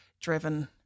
driven